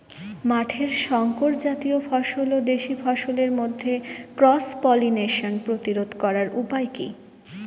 মাঠের শংকর জাতীয় ফসল ও দেশি ফসলের মধ্যে ক্রস পলিনেশন প্রতিরোধ করার উপায় কি?